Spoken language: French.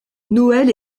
noël